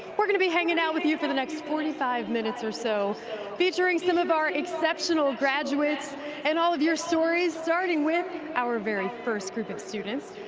we're gonna be hanging out with you for the next forty five minutes or so featuring some of our exceptional graduates and all of your stories starting with our very first group of students.